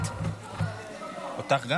טטיאנה מזרסקי (יש עתיד): אמר ועוד איך.